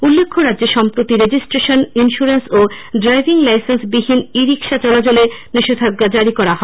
উল্লেখ্য রাজ্যে সম্প্রতি রেজিস্ট্রেশন ইন্স্যরেন্স ও ড্রাইভিং লাইসেন্সবিহীন ই রিক্সা চলাচলে নিষেধাজ্ঞা জারি করা হয়